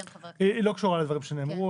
אני רוצה לשאול משהו שלא קשור לדברים שנאמרו,